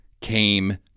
came